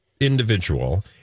individual